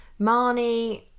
Marnie